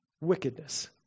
wickedness